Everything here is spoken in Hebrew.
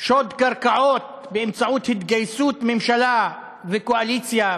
שוד קרקעות באמצעות התגייסות ממשלה וקואליציה בעמונה,